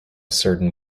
certain